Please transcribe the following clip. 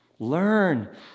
learn